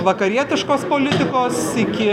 vakarietiškos politikos iki